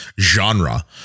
genre